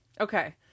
okay